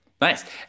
Nice